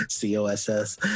COSS